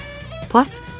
Plus